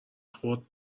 خورد